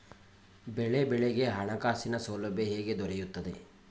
ಬಾಳೆ ಬೆಳೆಗೆ ಹಣಕಾಸಿನ ಸೌಲಭ್ಯ ಹೇಗೆ ದೊರೆಯುತ್ತದೆ?